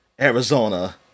Arizona